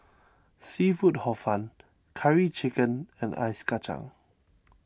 Seafood Hor Fun Curry Chicken and Ice Kacang